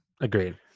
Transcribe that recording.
agreed